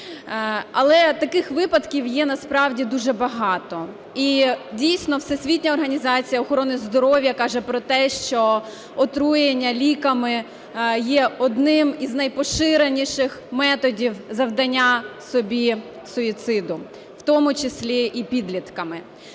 Але таких випадків є насправді дуже багато. І дійсно Всесвітня організація охорони здоров'я каже про те, що отруєння ліками є одним із найпоширеніших методів завдання собі суїциду, в тому числі і підлітками.